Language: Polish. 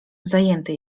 zajęty